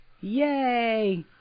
Yay